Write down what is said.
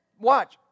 watch